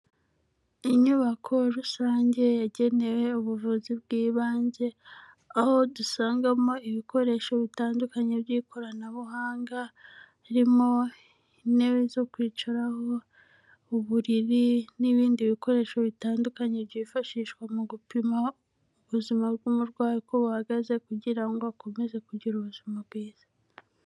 Inyubako rusange yagenewe ubuvuzi bw'ibanze aho dusangamo ibikoresho bitandukanye by'ikoranabuhanga, harimo intebe zo kwicaraho, uburiri n'ibindi bikoresho bitandukanye byifashishwa mu gupima ubuzima bw'umurwayi uko buhagaze kugira ngo akomeze kugira ubuzima bwiza.